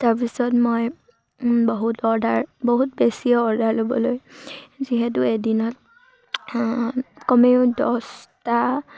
তাৰপিছত মই বহুত অৰ্ডাৰ বহুত বেছি অৰ্ডাৰ ল'বলৈ যিহেতু এদিনত কমেও দছটা